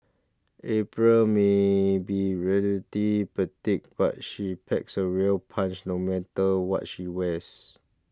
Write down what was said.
April may be really petite but she packs a real punch no matter what she wears